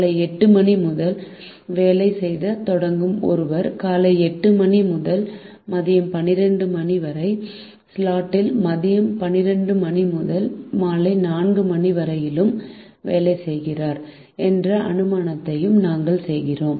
காலை 8 மணிக்கு வேலை செய்யத் தொடங்கும் ஒருவர் காலை 8 மணி முதல் மதியம் 12 மணி வரை ஸ்லாட்டிலும் மதியம் 12 மணி முதல் மாலை 4 மணி வரையிலும் வேலை செய்கிறார் என்ற அனுமானத்தையும் நாங்கள் செய்கிறோம்